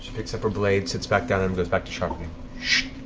picks up her blade, sits back down and goes back to sharpening